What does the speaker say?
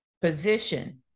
position